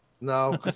no